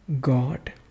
God